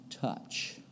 touch